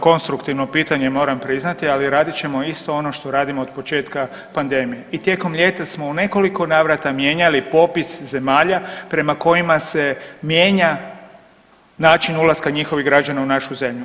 Konstruktivno pitanje moram priznati, ali radit ćemo isto ono što radimo od početka pandemije i tijekom ljeta smo u nekoliko navrata mijenjali popis zemalja prema kojima se mijenja način ulaska njihovih građana u našu zemlju.